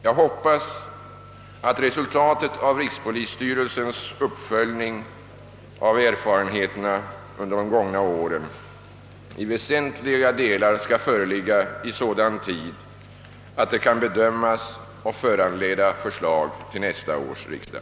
Jag hoppas att resultatet av rikspolisstyrelsens uppföljning av erfarenheterna under de gångna åren i väsentliga delar skall föreligga i så god-tid att det kan bedömas och föranleda förslag till nästa års riksdag.